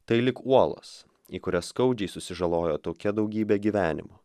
tai lyg uolos į kurias skaudžiai susižalojo tokia daugybė gyvenimų